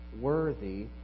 worthy